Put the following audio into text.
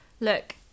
look